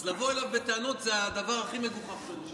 אז לבוא אליו בטענות זה הדבר הכי מגוחך שאני שמעתי.